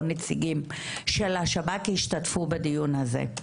או נציגים של השב"כ ישתתפו בדיון הזה.